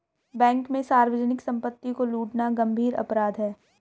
bank में सार्वजनिक सम्पत्ति को लूटना गम्भीर अपराध है